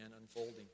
unfolding